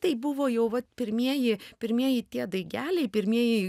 tai buvo jau vat pirmieji pirmieji tie daigeliai pirmieji